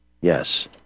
yes